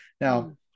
Now